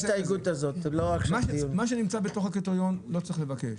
מה שנמצא בתוך הקריטריון לא צריך לבקש.